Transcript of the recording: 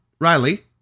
riley